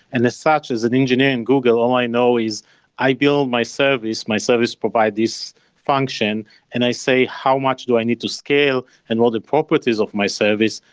and such, as an engineering google, all i know is i build my service, my service provide this function and i say how much do i need to scale and all the properties of my service,